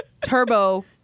Turbo